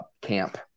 camp